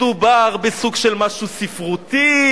מדובר בסוג של משהו ספרותי,